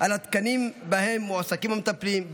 על התקנים שבהם מועסקים המטפלים,